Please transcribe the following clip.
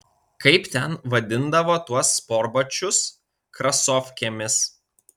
kaip ten vadindavo tuos sportbačius krasofkėmis